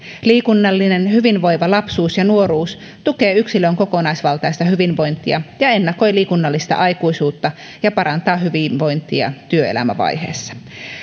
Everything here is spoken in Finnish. liikunnallinen hyvinvoiva lapsuus ja nuoruus tukee yksilön kokonaisvaltaista hyvinvointia ja ennakoi liikunnallista aikuisuutta ja parantaa hyvinvointia työelämävaiheessa